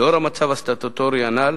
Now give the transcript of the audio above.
לאור המצב הסטטוטורי הנ"ל,